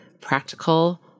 practical